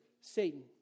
Satan